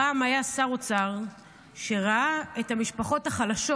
פעם היה שר אוצר שראה את המשפחות החלשות